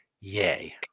Yay